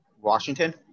washington